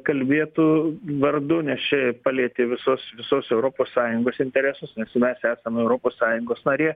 kalbėtų vardu nes čia palietė visos visos europos sąjungos interesus nes mes esam europos sąjungos narė